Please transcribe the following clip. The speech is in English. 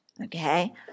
Okay